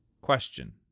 Question